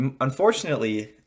Unfortunately